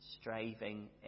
striving